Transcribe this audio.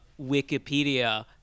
Wikipedia